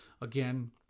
again